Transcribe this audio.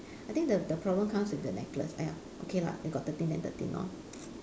I think the the problem comes with the necklace !aiya! okay lah we got thirteen then thirteen lor